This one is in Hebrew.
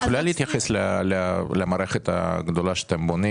את יכולה להתייחס למערכת הגדולה שאתם בונים